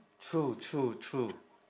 true true true